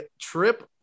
trip